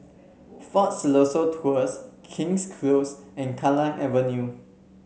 Fort Siloso Tours King's Close and Kallang Avenue